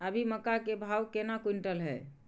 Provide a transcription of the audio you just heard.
अभी मक्का के भाव केना क्विंटल हय?